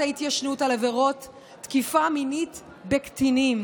ההתיישנות על עבירות תקיפה מינית בקטינים.